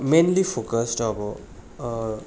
mainly focused अब